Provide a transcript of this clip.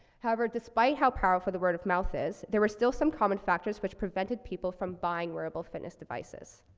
however, despite how powerful the word of mouth is, there were still some common factors which prevented people from buying wearable fitness devices.